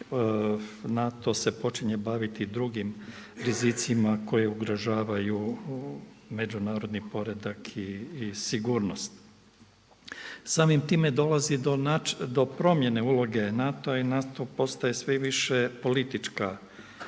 NATO se počinje baviti drugim rizicima koje ugrožavaju međunarodni poredak i sigurnost. Samim time dolazi do promjene uloge NATO-a i NATO postaje sve više politička